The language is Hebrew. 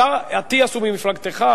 השר אטיאס הוא ממפלגתך,